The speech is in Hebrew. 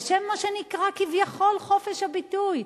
בשל מה שנקרא כביכול חופש הביטוי,